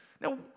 Now